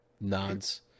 Nods